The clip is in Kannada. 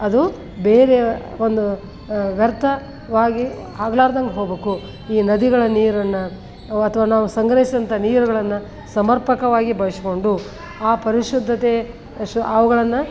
ಅದು ಬೇರೆ ಒಂದು ವ್ಯರ್ಥವಾಗಿ ಆಗ್ಲಾರ್ದಂಗೆ ಹೋಗಬೇಕು ಈ ನದಿಗಳ ನೀರನ್ನು ಅಥವಾ ನಾವು ಸಂಗ್ರಹಿಸಿದಂಥ ನೀರುಗಳನ್ನು ಸಮರ್ಪಕವಾಗಿ ಬಳಸ್ಕೊಂಡು ಆ ಪರಿಶುದ್ಧತೆ ಅವುಗಳನ್ನು